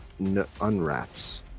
Unrats